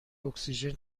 اکسیژن